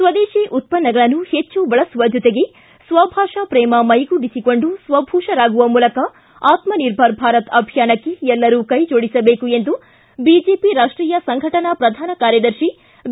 ಸ್ವದೇಶಿ ಉತ್ಪನ್ನಗಳನ್ನು ಹೆಚ್ಚು ಬಳಸುವ ಜೊತೆಗೆ ಸ್ವಭಾಷಾ ಪ್ರೇಮ ಮೈಗೂಡಿಸಿಕೊಂಡು ಸ್ವಭೂಷರಾಗುವ ಮೂಲಕ ಆತ್ಮನಿರ್ಭರ ಭಾರತ ಅಭಿಯಾನಕ್ಕೆ ಎಲ್ಲರೂ ಕೈಜೋಡಿಸಬೇಕು ಎಂದು ಬಿಜೆಪಿ ರಾಷ್ಷೀಯ ಸಂಘಟನಾ ಪ್ರಧಾನ ಕಾರ್ಯದರ್ಶಿ ಬಿ